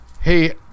Hey